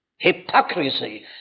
Hypocrisy